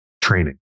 training